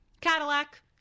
Cadillac